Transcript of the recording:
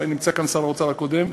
נמצא כאן שר האוצר הקודם,